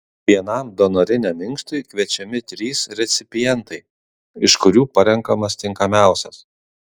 vienam donoriniam inkstui kviečiami trys recipientai iš kurių parenkamas tinkamiausias